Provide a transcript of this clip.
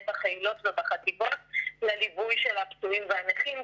בחילות ובחטיבות לליווי של הפצועים והנכים,